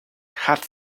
had